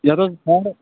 یتھ حظ